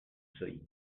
seuil